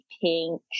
pink